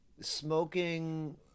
smoking